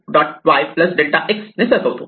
x delta x ने सरकवतो